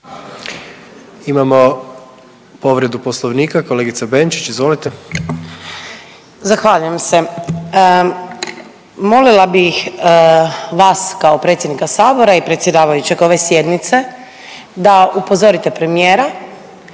Imamo povredu poslovnika kolegice Benčić, izvolite. **Benčić, Sandra (Možemo!)** Zahvaljujem se. Molila bih vas kao predsjednika sabora i predsjedavajućeg ove sjednice da upozorite premijera